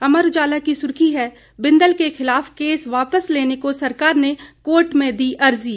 अमर उजाला की सुर्खी है बिंदल के खिलाफ केस वापस लेने को सरकार ने कोर्ट में दी अर्जी